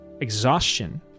exhaustion